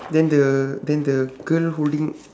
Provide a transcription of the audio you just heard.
then the then the girl holding